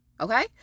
okay